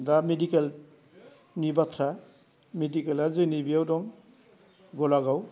दा मेडिकेलनि बाथ्रा मेडिकेला जोंनि बियाव दं गलागाव